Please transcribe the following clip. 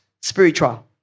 spiritual